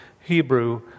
Hebrew